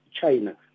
China